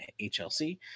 HLC